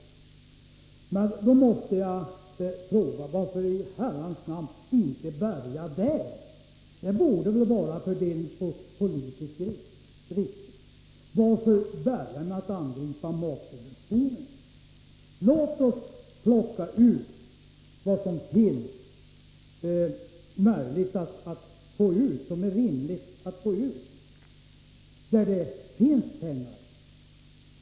Jag måste fråga: Varför i herrans namn inte börja där? Det borde väl vara fördelningspolitiskt riktigt. Varför börja med att angripa matsubventionerna? Låt oss plocka ut vad som är möjligt och rimligt att få ut där det finns pengar!